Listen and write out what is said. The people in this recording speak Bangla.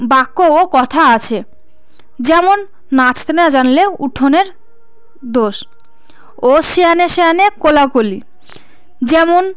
বাক্য ও কথা আছে যেমন নাচতে না জানলে উঠোনের দোষ ও সেয়ানে সেয়ানে কোলাকুলি যেমন